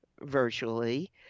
virtually